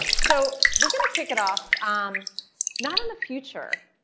so we're going to kick it off um not in the future,